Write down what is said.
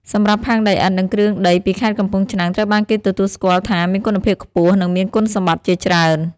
សម្រាប់ផើងដីឥដ្ឋ និងគ្រឿងដីពីខេត្តកំពង់ឆ្នាំង ត្រូវបានគេទទួលស្គាល់ថាមានគុណភាពខ្ពស់ និងមានគុណសម្បត្តិជាច្រើន។